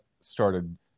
started